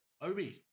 Obi